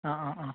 ആ ആ ആ